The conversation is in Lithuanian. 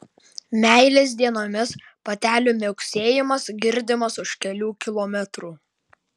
meilės dienomis patelių miauksėjimas girdimas už kelių kilometrų